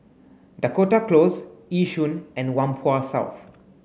Dakota Close Yishun and Whampoa South